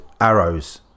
Arrows